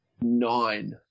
nine